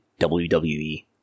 WWE